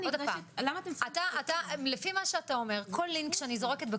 חוץ ממישהו שנפטר, עם